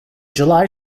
july